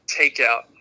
takeout